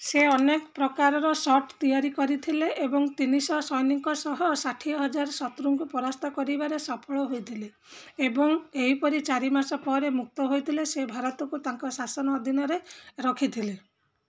ସେ ଅନେକ ପ୍ରକାରର ସଟ୍ ତିଆରି କରିଥିଲେ ଏବଂ ତିନିଶହ ସୈନିକଙ୍କ ସହ ତିନିଶହ ଷାଠିଏ ଶତ୍ରୁଙ୍କୁ ପରାସ୍ତ କରିବାରେ ସଫଳ ହୋଇଥିଲେ ଏବଂ ଏହିପରି ଚାରି ମାସ ପରେ ମୁକ୍ତ ହୋଇଥିଲେ ସେ ଭାରତକୁ ତାଙ୍କ ଶାସନ ଅଧୀନରେ ରଖିଥିଲେ